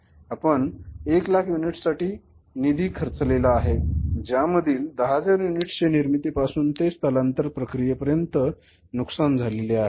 आपण 1 लाख युनिट्स साठी निधी खर्चलेला आहे ज्या मधील 10000 युनिट्स चे निर्मिती पासून ते स्थलांतरण प्रक्रियेत पोहचे पर्यंत नुकसान झालेले आहे